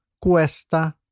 cuesta